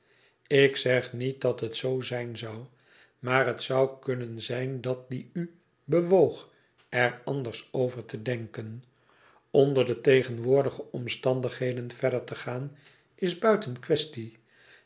ik zeg niet da t het zoo zijn zou maar het zou kunnen zijn dat die u bewoog er anders over te denken onder de tegenwoordige omstandigheden verder te gaan is buiten quaestie